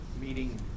Meeting